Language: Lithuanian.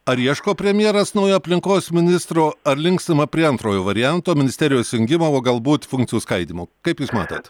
ar ieško premjeras naujo aplinkos ministro ar linkstama prie antrojo varianto ministerijos jungimo o galbūt funkcijų skaidymo kaip jūs matot